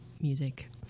music